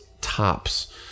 tops